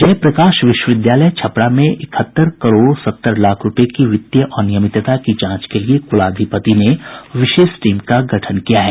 जयप्रकाश विश्वविद्यालय छपरा में इकहत्तर करोड़ सत्तर लाख रूपये की वित्तीय अनियमितता की जांच के लिए कुलाधिपति ने विशेष टीम का गठन किया है